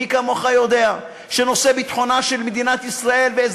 מי כמוך יודע שביטחונה של מדינת ישראל וביטחונם